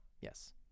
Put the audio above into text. Yes